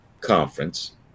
Conference